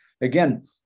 again